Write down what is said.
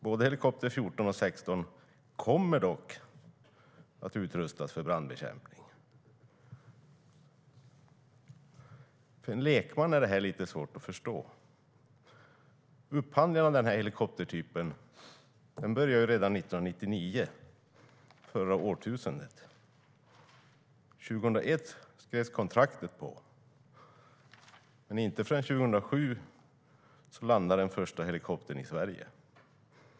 Både helikopter 14 och 16 kommer dock att utrustas för brandbekämpning. För en lekman är detta lite svårt att förstå. Upphandlingen av denna helikoptertyp inleddes ju redan 1999, under förra årtusendet. År 2001 skrevs kontraktet under, men inte förrän 2007 landade den första helikoptern i Sverige.